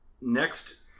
next